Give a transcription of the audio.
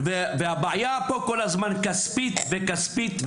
והבעיה פה היא כל הזמן כספית וכספית.